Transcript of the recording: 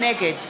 נגד